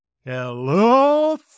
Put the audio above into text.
Hello